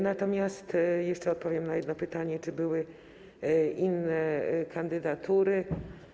Natomiast jeszcze odpowiem na jedno pytanie, czy były inne kandydatury.